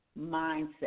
mindset